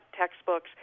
textbooks